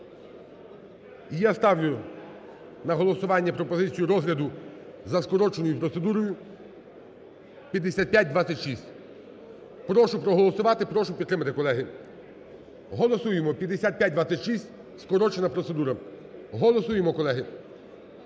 Я ставлю на голосування пропозицію розгляду за скороченою процедурою 5526. Прошу проголосувати, прошу підтримати, колеги. голосуємо, 5526, скорочена процедура. Голосуємо, колеги,